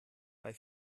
bei